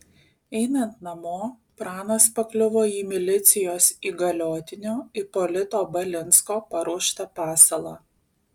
einant namo pranas pakliuvo į milicijos įgaliotinio ipolito balinsko paruoštą pasalą